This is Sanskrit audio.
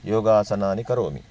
योगासनानि करोमि